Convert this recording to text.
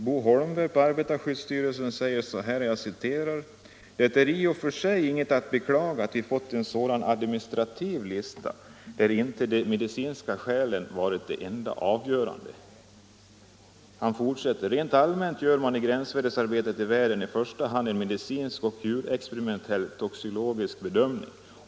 Bo Holmberg, arbetarskyddsstyrelsen, säger så här: ”Det är i och för sig inget att beklaga att vi fått en sådan "administrativ" lista där inte de medicinska skälen varit de enda avgörande.” Han fortsätter: ”Rent allmänt gör man i gränsvärdesarbetet i världen i första hand en medicinsk och en djurexperimentell-toxikologisk bedömning.